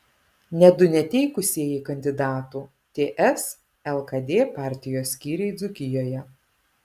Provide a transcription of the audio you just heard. net du neteikusieji kandidatų ts lkd partijos skyriai dzūkijoje